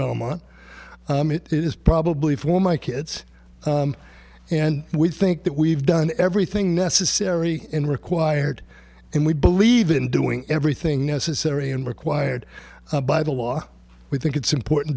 belmont it is probably for my kids and we think that we've done everything necessary in required and we believe in doing everything necessary and required by the law we think it's important